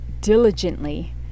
diligently